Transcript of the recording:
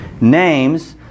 names